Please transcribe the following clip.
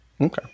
okay